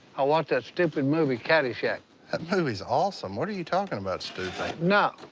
i watched that stupid movie caddyshack. that movie's awesome, what are you talking about, stupid? no,